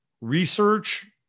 research